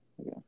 Okay